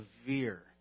severe